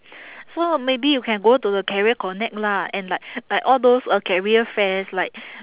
so maybe you can go to the career connect lah and like like all those career fairs like